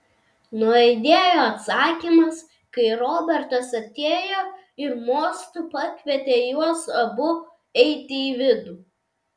nuaidėjo atsakymas kai robertas atėjo ir mostu pakvietė juos abu eiti į vidų